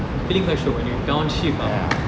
feeling quite shiok when you downshift ah